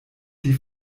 die